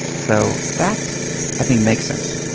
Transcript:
so that's i think makes sense.